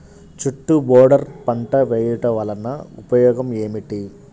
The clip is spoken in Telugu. చుట్టూ బోర్డర్ పంట వేయుట వలన ఉపయోగం ఏమిటి?